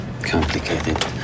Complicated